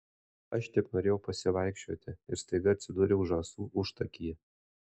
aš tik norėjau pasivaikščioti ir staiga atsidūriau žąsų užtakyje